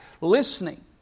listening